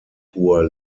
hoher